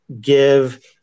give